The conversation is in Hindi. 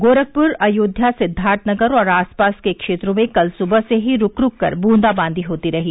गोरखपुर अयोध्या सिद्दार्थनगर और आसपास के क्षेत्रों में कल सुबह से ही रूक रूक कर बूंदाबांदी होती रही